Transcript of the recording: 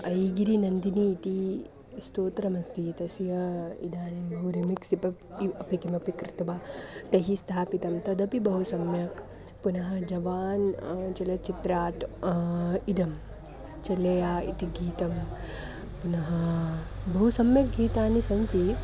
ऐगिरि नन्दिनि इति स्तोत्रमस्ति तस्य इदानीं बहु रिमिक्सिपप् अपि किमपि कृत्वा तैः स्थापितं तदपि बहु सम्यक् पुनः जवान् चलच्चित्राट् इदं चलेया इति गीतं पुनः बहु सम्यक् गीतानि सन्ति